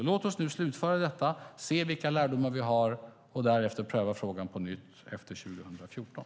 Låt oss nu slutföra detta, se vilka lärdomar vi har och därefter pröva frågan på nytt efter 2014.